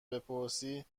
بپرسی